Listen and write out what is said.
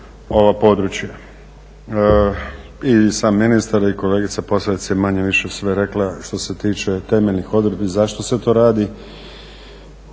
ovo područje. I sam ministar i kolegica Posavac je manje-više sve rekla što se tiče temeljnih odredbi zašto se to radi.